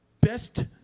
Best